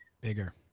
bigger